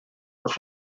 los